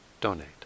donate